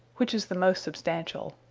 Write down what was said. which is the most substantiall.